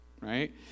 right